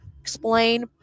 explain